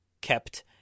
kept